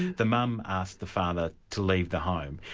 the mum asked the father to leave the home,